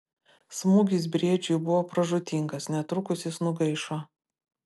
smūgis briedžiui buvo pražūtingas netrukus jis nugaišo